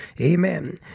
Amen